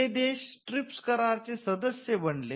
ते देश ट्रिप्स कराराचे सदस्य बनले